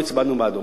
כולנו הצבענו בעדו.